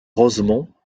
rosemont